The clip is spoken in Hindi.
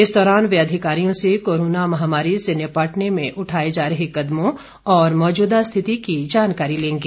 इस दौरान वे अधिकारियों से कोरोना महामारी से निपटने में उठाए जा रहे कदमों और मौजूदा स्थिति की जानकारी लेंगे